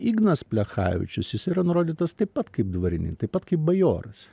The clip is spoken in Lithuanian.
ignas plechavičius jis yra nurodytas taip pat kaip dvarinin taip pat kaip bajoras